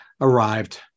arrived